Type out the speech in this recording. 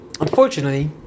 unfortunately